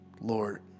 Lord